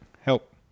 Help